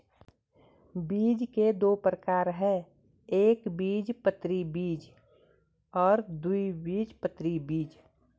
बीज के दो प्रकार है एकबीजपत्री बीज और द्विबीजपत्री बीज